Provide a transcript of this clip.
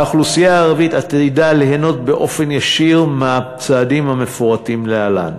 האוכלוסייה הערבית עתידה ליהנות באופן ישיר מהצעדים המפורטים להלן: